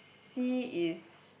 C is